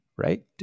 right